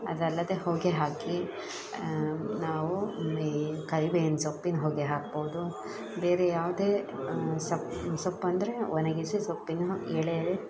ಅದಲ್ಲದೆ ಹೊಗೆ ಹಾಕಿ ನಾವು ಮೇ ಕರಿಬೇವಿನ ಸೊಪ್ಪಿನ ಹೊಗೆ ಹಾಕ್ಬೌದು ಬೇರೆ ಯಾವುದೇ ಸೊಪ್ ಸೊಪ್ಪಂದರೆ ಒಣಗಿಸಿ ಸೊಪ್ಪಿನ ಎಳೆ ಎಲೆ